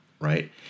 right